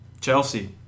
Chelsea